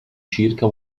circa